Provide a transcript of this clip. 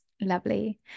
lovely